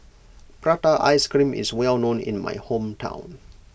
Prata Ice Cream is well known in my hometown